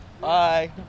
Bye